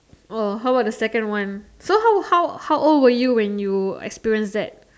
oh how about the second one so how how how old were you when you experience that